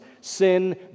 Sin